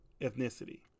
ethnicity